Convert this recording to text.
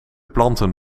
planten